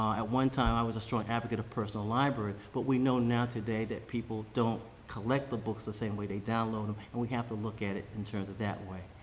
one time, i was a strong advocate of personal library, but we know now today that people don't collect the books the same way, they download them. and we have to look at it in terms of that way.